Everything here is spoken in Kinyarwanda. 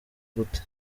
gute